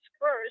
first